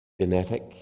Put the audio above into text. genetic